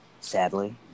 sadly